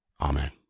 Amen